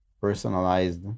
personalized